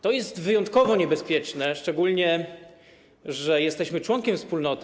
To jest wyjątkowo niebezpieczne, szczególnie że jesteśmy członkiem Wspólnoty.